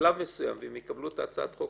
ובשלב מסוים אם יקבלו את הצעת החוק